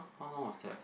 how long of that